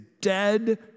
dead